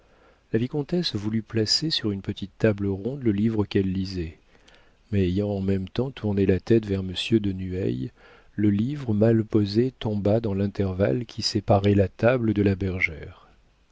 vicomtesse voulut placer sur une petite table ronde le livre qu'elle lisait mais ayant en même temps tourné la tête vers monsieur de nueil le livre mal posé tomba dans l'intervalle qui séparait la table de la bergère